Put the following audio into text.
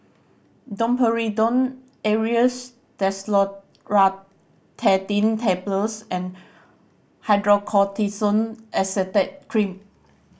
Domperidone Aerius DesloratadineTablets and Hydrocortisone Acetate Cream